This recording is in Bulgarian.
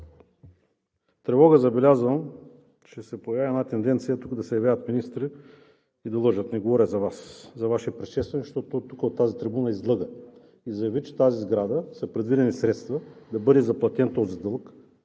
тревога забелязвам, че се появява тенденцията тук да се явяват министри и да лъжат – не говоря за Вас, а за Вашия предшественик, защото от тази трибуна излъга. Той заяви, че за тази сграда са предвидени средства, за да бъде заплатен този дълг